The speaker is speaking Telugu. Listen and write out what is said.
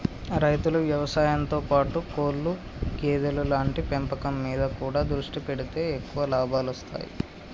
రైతులు వ్యవసాయం తో పాటు కోళ్లు గేదెలు లాంటి పెంపకం మీద కూడా దృష్టి పెడితే ఎక్కువ లాభాలొస్తాయ్